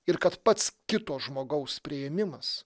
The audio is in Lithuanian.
ir kad pats kito žmogaus priėmimas